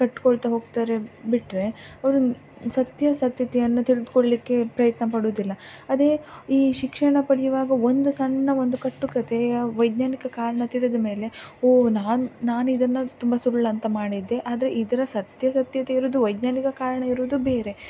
ಕಟ್ಟಿಕೊಳ್ತ ಹೋಗ್ತಾರೆ ಬಿಟ್ಟರೆ ಅವ್ರು ಸತ್ಯಾಸತ್ಯತೆಯನ್ನು ತಿಳಿದುಕೊಳ್ಳಲಿಕ್ಕೆ ಪ್ರಯತ್ನ ಪಡುವುದಿಲ್ಲ ಅದೇ ಈ ಶಿಕ್ಷಣ ಪಡೆಯುವಾಗ ಒಂದು ಸಣ್ಣ ಒಂದು ಕಟ್ಟು ಕತೆಯ ವೈಜ್ಞಾನಿಕ ಕಾರಣ ತಿಳಿದ ಮೇಲೆ ಹೋ ನಾನು ನಾನು ಇದನ್ನು ತುಂಬ ಸುಳ್ಳಂತ ಮಾಡಿದ್ದೆ ಆದರೆ ಇದರ ಸತ್ಯಾಸತ್ಯತೆ ಇರುವುದು ವೈಜ್ಞಾನಿಕ ಕಾರಣ ಇರುವುದು ಬೇರೆ